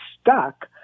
stuck